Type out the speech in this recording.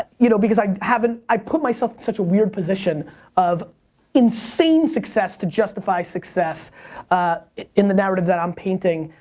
you know because i haven't, i put myself in such a weird position of insane success to justify success in the narrative that i'm painting.